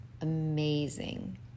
amazing